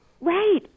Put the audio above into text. Right